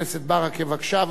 חבר הכנסת דב חנין.